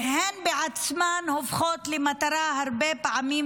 והן בעצמן הופכות למטרה הרבה פעמים,